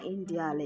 India